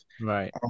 Right